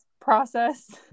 process